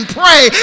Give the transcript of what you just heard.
pray